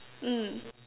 mm